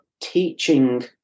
teaching